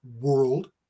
world